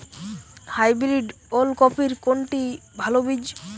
Hybrid ওল কপির কোনটি ভালো বীজ?